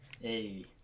Hey